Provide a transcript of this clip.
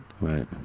Right